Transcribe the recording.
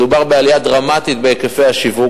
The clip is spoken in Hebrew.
מדובר בעלייה דרמטית בהיקפי השיווק.